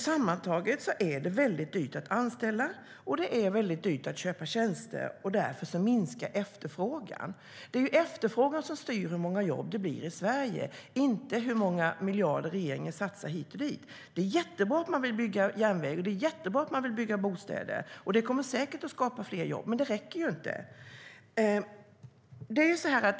Sammantaget är det dyrt att anställa och dyrt att köpa tjänster, och därför minskar efterfrågan. Det är efterfrågan som styr hur många jobb det blir i Sverige, inte hur många miljarder regeringen satsar hit och dit. Det är bra att man vill bygga järnväg och bostäder. Det kommer säkert att skapa fler jobb. Men det räcker inte.